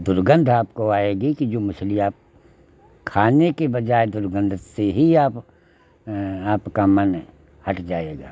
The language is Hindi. दुर्गन्ध आपको आएगी कि जो मछली आप खाने के बजाए दुर्गन्ध से ही आप आपका मन हट जाएगा